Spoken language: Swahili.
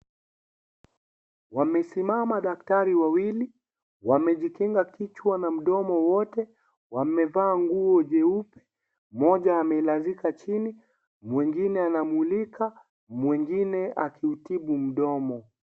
Wamesimama daktari wawili wamejikinga kichwa na mdomo wote, wamevaa nguo jeupe ,mmoja ameitandika chini mwingine anamulika mwingine akimtibu mdomo.